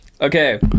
Okay